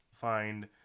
find